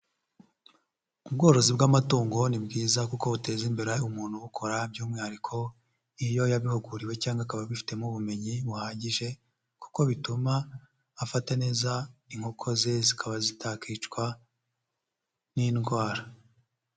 Ubworozi bw'amatungo ni bwiza kuko buteza imbere umuntu ubukora, by'umwihariko, iyo yabihuguriwe cyangwa akaba abifitemo ubumenyi buhagije kuko bituma afata neza inkoko ze, zikaba zitakicwa n'indwara.